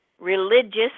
religious